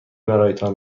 برایتان